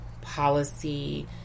policy